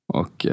och